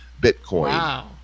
bitcoin